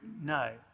no